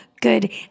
good